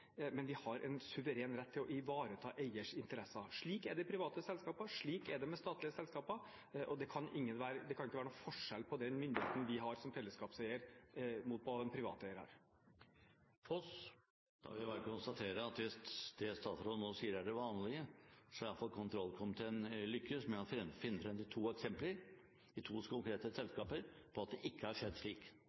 men vi har en suveren rett til å ivareta eiers interesser. Slik er det i private selskaper, slik er det med statlige selskaper, og det kan ikke være noen forskjell på den myndigheten vi som fellesskapseier har, fra hva en privat eier har. Da vil jeg bare konstatere at hvis det statsråden nå sier, er det vanlige, har iallfall kontrollkomiteen lyktes med å finne frem til to eksempler, i to konkrete selskaper, på at det ikke har skjedd slik.